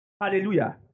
Hallelujah